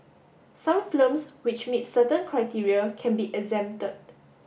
some films which meet certain criteria can be exempted